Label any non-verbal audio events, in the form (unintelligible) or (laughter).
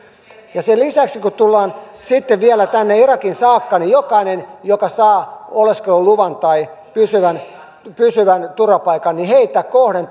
sen lisäksi kun tullaan sitten vielä tänne irakiin saakka niin jokaista joka saa oleskeluluvan tai pysyvän pysyvän turvapaikan kohden (unintelligible)